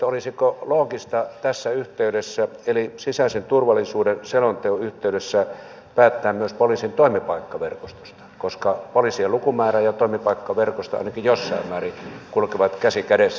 olisiko loogista tässä yhteydessä eli sisäisen turvallisuuden selonteon yhteydessä päättää myös poliisin toimipaikkaverkostosta koska poliisien lukumäärä ja toimipaikkaverkosto ainakin jossain määrin kulkevat käsi kädessä